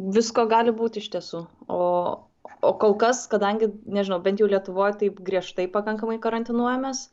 visko gali būt iš tiesų o o kol kas kadangi nežinau bent jau lietuvoj taip griežtai pakankamai karantinuojamės